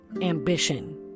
ambition